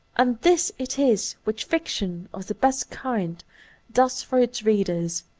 and this it is which fiction of the best kind does for its readers.